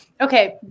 Okay